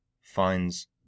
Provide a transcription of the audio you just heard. finds